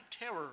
terror